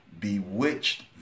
bewitched